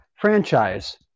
franchise